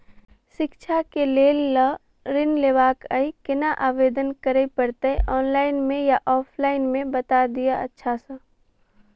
शिक्षा केँ लेल लऽ ऋण लेबाक अई केना आवेदन करै पड़तै ऑनलाइन मे या ऑफलाइन मे बता दिय अच्छा सऽ?